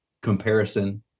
comparison